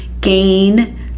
gain